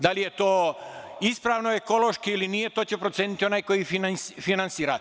Da li je to ispravno ekološki ili nije, to će proceniti onaj koji finansira.